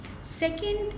Second